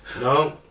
No